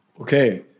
Okay